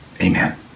amen